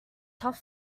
tough